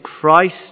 Christ